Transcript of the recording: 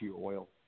oil